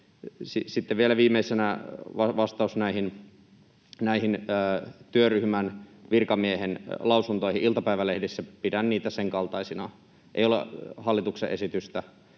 Sitten vielä viimeisenä vastaus näihin työryhmän virkamiehen lausuntoihin iltapäivälehdissä, pidän niitä sen kaltaisina: Ei ole hallituksen esitystä,